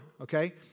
okay